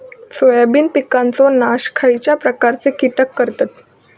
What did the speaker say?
Soybean पिकांचो नाश खयच्या प्रकारचे कीटक करतत?